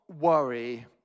worry